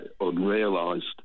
unrealised